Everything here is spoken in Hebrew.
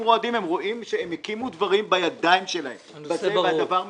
הם רואים שהם הקימו דברים בידיים שלהם והדבר מתמוטט.